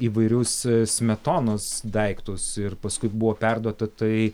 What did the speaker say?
įvairius smetonos daiktus ir paskui buvo perduota tai